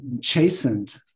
chastened